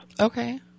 Okay